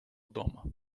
дома